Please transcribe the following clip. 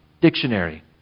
dictionary